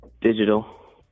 Digital